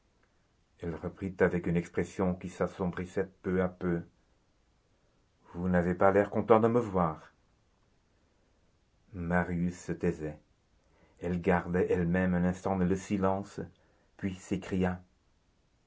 elle reprit avec une expression qui s'assombrissait peu à peu vous n'avez pas l'air content de me voir marius se taisait elle garda elle-même un instant le silence puis